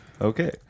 okay